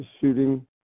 shooting